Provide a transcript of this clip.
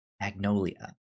magnolia